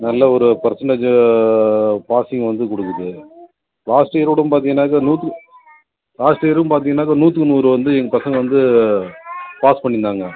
நல்ல ஒரு percentage passing வந்து கொடுக்குது லாஸ்ட்டு இயர் கூட பார்த்தீங்கனாக்கா நூற்றுக்கு லாஸ்ட்டு இயரும் பார்த்தீங்கனாக்கா நூற்றுக்கு நூறு வந்து எங்கள் பசங்க வந்து பாஸ் பண்ணிருந்தாங்க